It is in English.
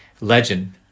legend